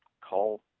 call